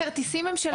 הכרטיסים הם של הבנקים.